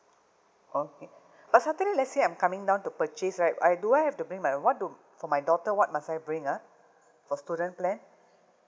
okay but saturday let's say I'm coming down to purchase right I do I have to bring my what do for my daughter what must I bring ah for student plan